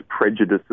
prejudices